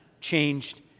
changed